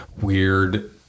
weird